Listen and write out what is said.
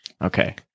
Okay